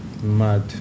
Mad